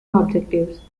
objectives